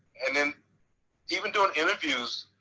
and then even doing interviews.